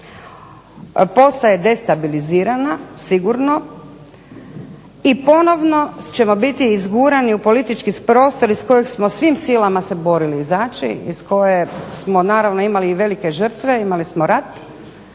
potaje destabilizirana sigurno i ponovno ćemo biti izgurani u politički prostor iz kojeg smo svim silama se borili izaći iz koje smo naravno imali i velike žrtve, imali smo rat